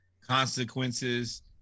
consequences